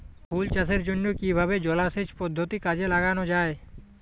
ফুল চাষের জন্য কিভাবে জলাসেচ পদ্ধতি কাজে লাগানো যাই?